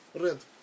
rent